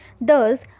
Thus